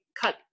cut